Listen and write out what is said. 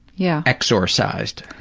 yeah exorcized?